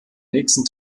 nächsten